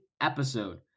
episode